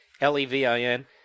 L-E-V-I-N